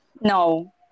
No